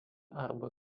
arba